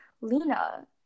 Lena